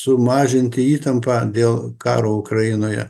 sumažinti įtampą dėl karo ukrainoje